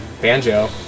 banjo